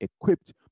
equipped